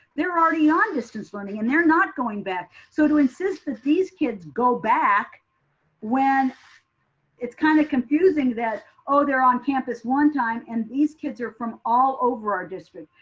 they're already on distance learning and they're not going back. so to insist that these kids go back when it's kind of confusing that oh, they're on campus one time and these kids are from all over our district.